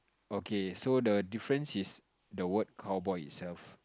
okay so the difference is the word cowboy itself